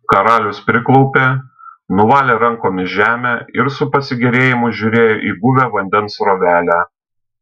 karalius priklaupė nuvalė rankomis žemę ir su pasigėrėjimu žiūrėjo į guvią vandens srovelę